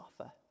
offer